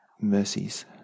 mercies